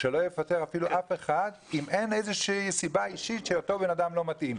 שלא יפטר אף אחד אם אין איזושהי סיבה אישית שאותו בן אדם לא מתאים.